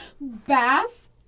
Bass